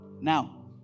Now